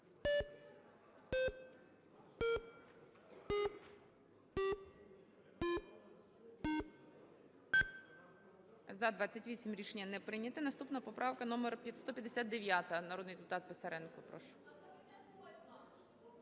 За-28 Рішення не прийнято. Наступна поправка номер - 159. Народний депутат Писаренко,